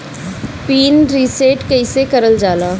Pin reset कईसे करल जाला?